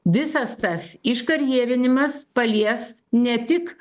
visas tas iškarjerinimas palies ne tik